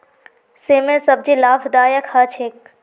सेमेर सब्जी लाभदायक ह छेक